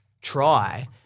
try